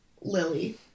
Lily